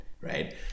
Right